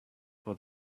for